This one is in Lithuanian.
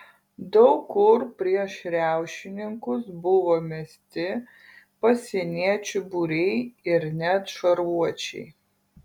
daug kur prieš riaušininkus buvo mesti pasieniečių būriai ir net šarvuočiai